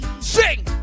Sing